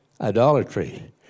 idolatry